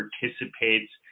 participates